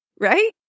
right